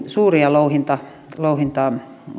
suuria louhintamääriä louhintamääriä